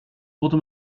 wurde